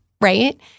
right